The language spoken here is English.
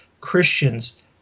Christians